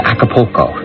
Acapulco